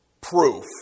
proof